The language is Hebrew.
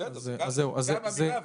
בסדר, זו גם אמירה.